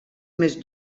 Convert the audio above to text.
més